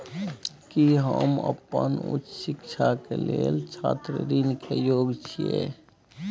की हम अपन उच्च शिक्षा के लेल छात्र ऋण के योग्य छियै?